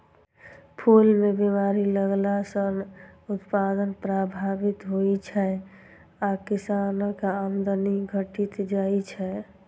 फूल मे बीमारी लगला सं उत्पादन प्रभावित होइ छै आ किसानक आमदनी घटि जाइ छै